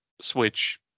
switch